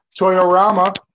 Toyorama